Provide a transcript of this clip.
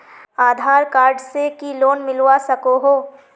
आधार card से की loan मिलवा सकोहो?